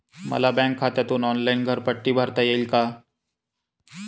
मला बँक खात्यातून ऑनलाइन घरपट्टी भरता येईल का?